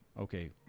okay